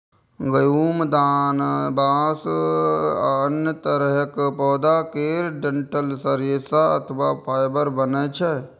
गहूम, धान, बांस, घास आ अन्य तरहक पौधा केर डंठल सं रेशा अथवा फाइबर बनै छै